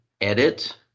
edit